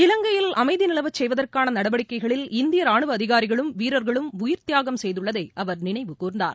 இலங்கையில் அமைதிநிலவச் செய்வதற்கானநடவடிக்கைகளில் இந்தியராணுவஅதிகாரிகளும் வீரர்களும் உயிர்த்தியாகம் செய்துள்ளதைஅவர் நினைவு கூர்ந்தார்